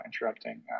interrupting